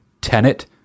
tenet